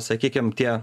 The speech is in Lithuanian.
sakykim tie